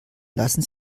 lassen